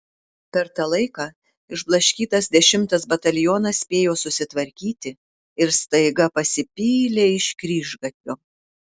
per tą laiką išblaškytas dešimtas batalionas spėjo susitvarkyti ir staiga pasipylė iš kryžgatvio